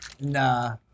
Nah